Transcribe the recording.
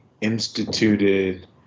instituted